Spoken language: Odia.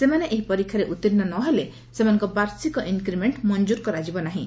ସେମାନେ ଏହି ପରୀକ୍ଷାରେ ଉତୀର୍ଶ୍ୱ ନ ହେଲେ ସେମାନଙ୍କ ବାର୍ଷିକ ଇନ୍କ୍ରିମେଙ୍କ୍ ମଂକ୍କୁର କରାଯିବ ନାହିଁ